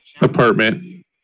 apartment